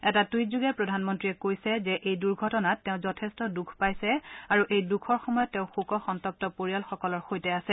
এটা টুইটযোগে প্ৰধানমন্ত্ৰীয়ে কৈছে যে এই দুৰ্ঘটনাত তেওঁ যথেষ্ট দুখ পাইছে আৰু এই দুখৰ সময়ত তেওঁ শোকসন্তপ্ত পৰিয়ালসকলৰ সৈতে আছে